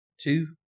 two